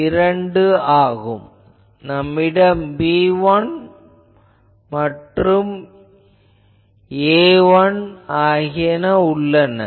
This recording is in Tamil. எனவே நம்மிடம் B1 மற்றும் A1 உள்ளது